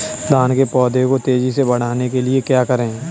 धान के पौधे को तेजी से बढ़ाने के लिए क्या करें?